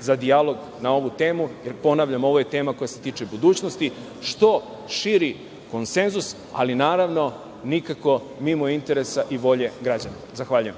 za dijalog na ovu temu, jer, ponavljam, ovo je tema koja se tiče budućnosti. Dakle, što širi konsenzus, ali, naravno, nikako mimo interesa i volje građana. Zahvaljujem.